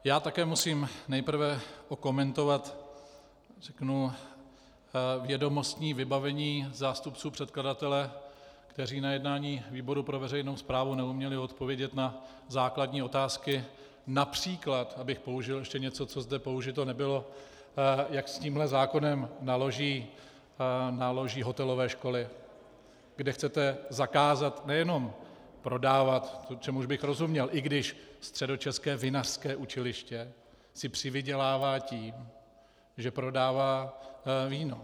Já také musím nejprve okomentovat vědomostní vybavení zástupců předkladatele, kteří na jednání výboru pro veřejnou správu neuměli odpovědět na základní otázky, například, abych použil něco, co zde ještě použito nebylo, jak s tímhle zákonem naloží hotelové školy, kde chcete zakázat nejenom prodávat čemuž bych rozuměl, i když Středočeské vinařské učiliště si přivydělává tím, že prodává víno.